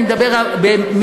אני אומר,